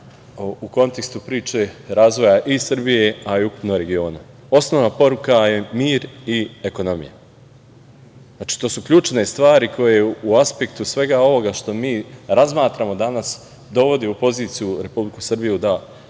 u kontekstu priče razvoja i Srbije, a i ukupno regiona. Osnovna poruka je mir i ekonomija. Znači, to su ključne stvari koje u aspektu svega ovoga što mi razmatramo danas dovodi u poziciju Republiku Srbiju da